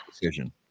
decision